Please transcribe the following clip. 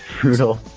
brutal